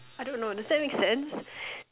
I don't know does that make sense